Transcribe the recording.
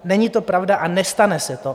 Není to pravda a nestane se to!